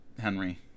Henry